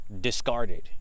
discarded